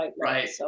right